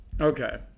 Okay